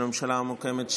הממשלה המוקמת,